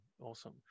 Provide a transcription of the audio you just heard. Awesome